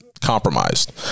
compromised